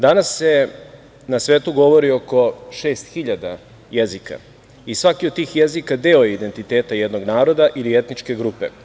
Danas se na svetu govori oko šest hiljada jezika i svaki od tih jezika deo je identiteta jednog naroda ili etničke grupe.